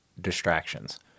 distractions